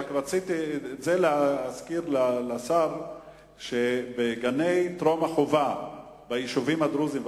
רציתי רק להזכיר לשר שבגני טרום-החובה ביישובים הדרוזיים,